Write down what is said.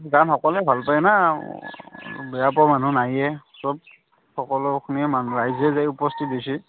গান সকলোৱে ভাল পাই না বেয়া পোৱা মানুহ নাইয়ে চব সকলোখিনি মানুহে ৰাইজে যাই উপস্থিত হৈছে